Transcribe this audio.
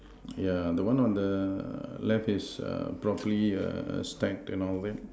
yeah the one on the left is err properly err stacked and all that